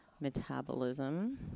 metabolism